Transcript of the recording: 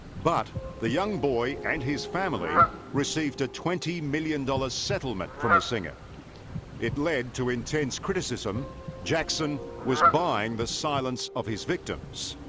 but the young boy and his family received a twenty million dollar settlement from the singer it led to intense criticism jackson was buying the silence of his victims